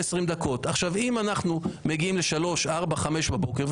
אם אנחנו מגיעים לשלוש-ארבע-חמש בבוקר,